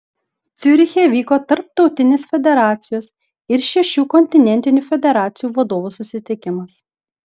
ciuriche vyko tarptautinės federacijos ir šešių kontinentinių federacijų vadovų susitikimas